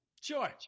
George